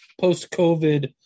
post-COVID